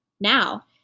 Now